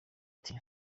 ati